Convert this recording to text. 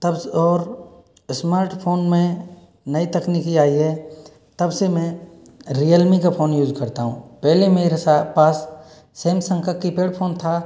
और स्मार्टफोन में नई तकनीकी आई है तब से मैं रियलमी का फोन यूज करता हूँ पहले मेरे पास सैमसंग का कीपैड फोन था